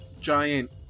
giant